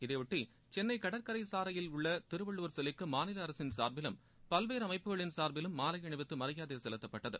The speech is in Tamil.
இதையொட்டி சென்னை கடற்ரை சாலையில் உள்ள திருவள்ளுவர் சிலைக்கு மாநில அரசின் சார்பிலும் பல்வேறு அமைப்புகள் சார்பிலும் மாலை அணிவித்து மரியாதை செலுத்தப்பட்டது